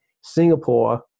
Singapore